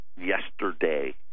yesterday